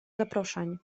zaproszeń